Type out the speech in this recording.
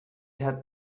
had